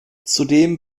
zudem